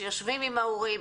שיושבים עם ההורים,